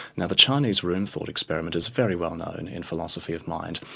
now the chinese room thought experiment is very well known and in philosophy of mind,